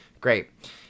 Great